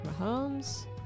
Mahomes